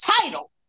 title